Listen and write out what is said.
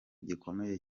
gikomeye